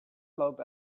locked